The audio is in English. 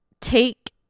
take